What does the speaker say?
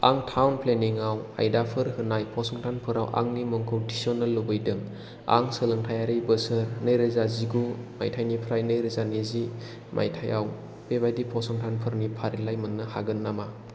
आं टाउन प्लेनिंआव आयदाफोर होनाय फसंथानफोराव आंनि मुंखौ थिसननो लुगैदों आं सोलोंथायारि बोसोर नै रोजा जिगु मायथाइनिफ्राय नैरोजा नैजि मायथाइआव बेबादि फसंथानफोरनि फारिलाइ मोननो हागोन नामा